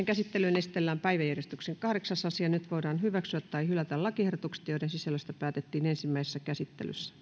käsittelyyn esitellään päiväjärjestyksen kahdeksas asia nyt voidaan hyväksyä tai hylätä lakiehdotukset joiden sisällöstä päätettiin ensimmäisessä käsittelyssä